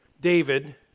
David